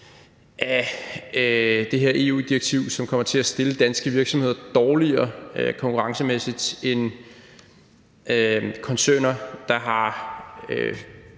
af det her EU-direktiv, som kommer til at stille danske virksomheder dårligere konkurrencemæssigt end koncerner, der har